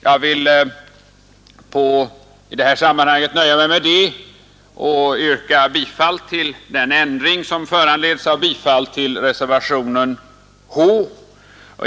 Jag vill i detta sammanhang nöja mig med detta och yrka bifall till den ändring som föranleds av bifall till reservationen.